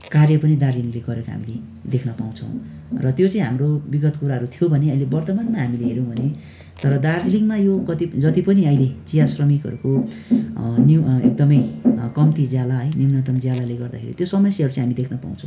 कार्य पनि दार्जिलिङले गरेको हामीले देख्न पाउँछौँ र त्यो चाहिँ हाम्रो विगत कुराहरू थियो भने अहिले वर्तमानमा हामीले हेऱ्योँ भने तर दार्जिलिङमा यो कति जति पनि चिया श्रमीकहरूको एकदमै कम्ती ज्याला है न्युनतम ज्यालाले गर्दाखेरि त्यो समस्याहरू चैँ हामी देख्न पाउँछौँ